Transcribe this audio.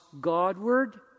Godward